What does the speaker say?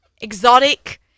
exotic